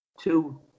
two